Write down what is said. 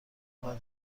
بردار